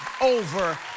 over